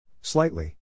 Slightly